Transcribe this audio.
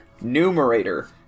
numerator